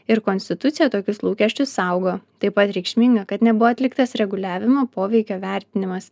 ir konstitucija tokius lūkesčius saugo taip pat reikšminga kad nebuvo atliktas reguliavimo poveikio vertinimas